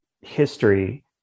history